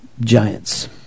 Giants